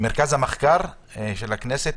מרכז המחקר של הכנסת,